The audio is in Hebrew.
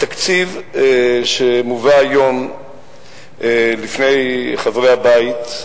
התקציב שמובא היום לפני חברי הבית,